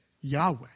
Yahweh